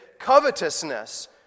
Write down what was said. covetousness